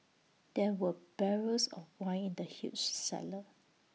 there were barrels of wine in the huge cellar